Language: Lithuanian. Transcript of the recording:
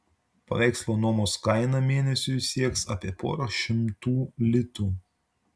paveikslo nuomos kaina mėnesiui sieks apie porą šimtų litų